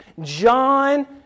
John